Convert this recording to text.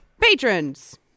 Patrons